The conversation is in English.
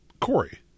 Corey